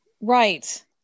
Right